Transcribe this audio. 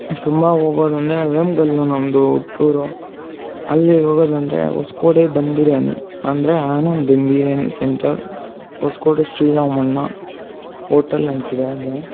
ತುಂಬ ಹೋಗೋದು ಅಂದರೆ ವೇಮಗಲ್ ನ ನಮ್ಮದು ಟೂರು ಅಲ್ಲಿ ಹೋಗೋದು ಅಂದರೆ ಹೊಸ್ಕೋಟೆ ದಮ್ ಬಿರ್ಯಾನಿ ಅಂದರೆ ಆನಂದ್ ದಮ್ ಬಿರ್ಯಾನಿ ಸೆಂಟರ್ ಹೊಸ್ಕೋಟೆ ಶ್ರೀ ರಾಮಣ್ಣ ಓಟಲ್ ಅಂತಿದೆ ಅದೇ